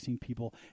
people